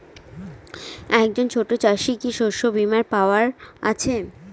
একজন ছোট চাষি কি শস্যবিমার পাওয়ার আছে?